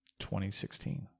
2016